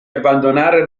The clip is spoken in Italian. abbandonare